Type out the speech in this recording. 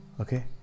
okay